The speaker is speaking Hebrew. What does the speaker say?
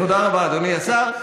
תודה רבה, אדוני השר.